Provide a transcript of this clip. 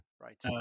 right